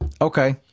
Okay